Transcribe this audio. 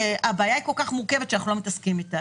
הבעיה היא כל כך מורכבת שאנחנו לא מתעסקים איתה.